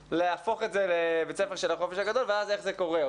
להפוך את זה לבית ספר של החופש הגדול ואז איך זה קורה,